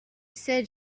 said